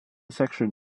section